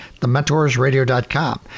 TheMentorsRadio.com